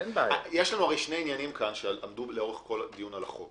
יש שני עניינים שעמדו לאורך כל הדיון על החוק